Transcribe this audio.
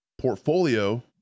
portfolio